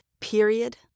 period